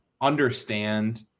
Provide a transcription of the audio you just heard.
understand